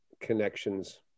connections